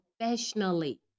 professionally